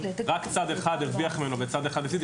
רק צד אחד הרוויח ממנו וצד אחד הפסיד,